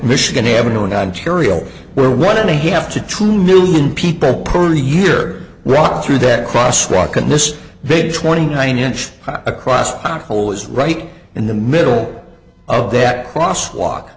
michigan avenue in ontario where one and a half to two million people per year rock through that crosswalk and this big twenty nine inch across hole is right in the middle of that cross walk